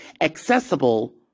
accessible